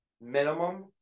minimum